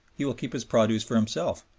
he will keep his produce for himself,